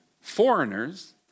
Foreigners